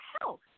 health